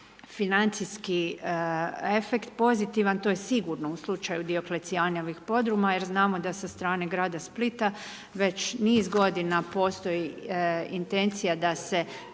financijski efekt pozitivan, to je sigurno u slučaju Dioklecijanovih podruma jer znamo da sa strane grada Splita već niz godina postoji intencija da se